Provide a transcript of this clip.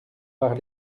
par